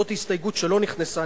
זו הסתייגות שלא נכנסה,